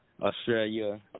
Australia